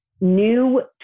new